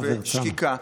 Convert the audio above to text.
במתח ובשקיקה.